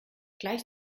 gleich